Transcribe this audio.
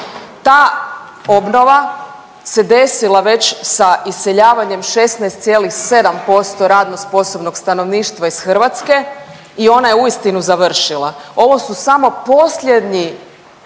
Ta obnova se desila već sa iseljavanjem 16,7% radno sposobnog stanovništva iz Hrvatske i ona je uistinu završila. Ovo su samo posljednji